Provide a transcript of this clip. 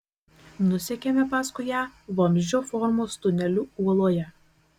nusekėme paskui ją vamzdžio formos tuneliu uoloje